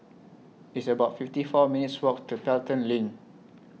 It's about fifty four minutes' Walk to Pelton LINK